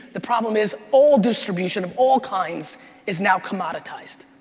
the problem is all, distribution of all kinds is now commoditized.